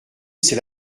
c’est